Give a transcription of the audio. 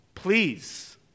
Please